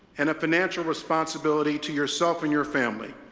and a financial responsibility to yourself and your family.